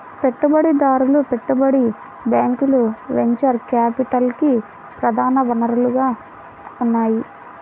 పెట్టుబడిదారులు, పెట్టుబడి బ్యాంకులు వెంచర్ క్యాపిటల్కి ప్రధాన వనరుగా ఉన్నాయి